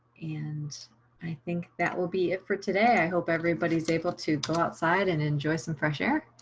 and i think that will be it for today. i hope everybody's able to go outside and enjoy some fresh air.